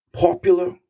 popular